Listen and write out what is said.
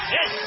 Yes